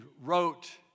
wrote